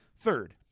Third